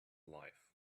life